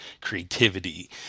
creativity